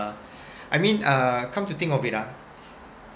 I mean uh come to think of it ah